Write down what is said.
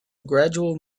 gradual